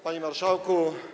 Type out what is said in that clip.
Panie Marszałku!